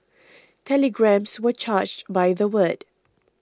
telegrams were charged by the word